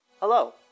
Hello